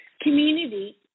Community